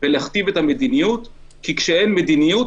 ולהכתיב את המדיניות כי כשאין מדיניות,